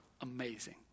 amazing